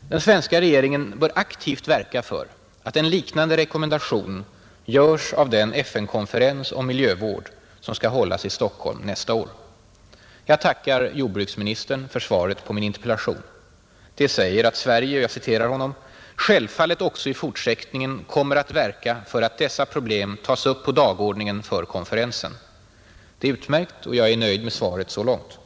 den svenska regeringen bör aktivt verka för att en liknande rekommendation görs av den FN-konferens om miljövård som skall hållas i Stockholm nästa år. Jag tackar jordbruksministern för svaret på min interpellation. Det säger att Sverige ”självfallet också i fortsättningen” kommer ”att verka för att dessa problem tas upp på dagordningen för konferensen”. Det är utmärkt, och jag är nöjd med svaret så långt.